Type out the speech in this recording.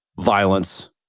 violence